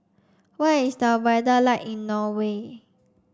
what is the weather like in Norway